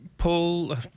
Paul